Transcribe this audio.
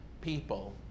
people